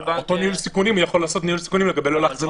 הוא יכול לעשות ניהול סיכונים לא להחזיר